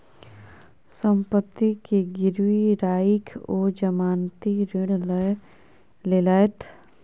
सम्पत्ति के गिरवी राइख ओ जमानती ऋण लय लेलैथ